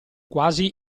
quasi